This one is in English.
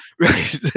right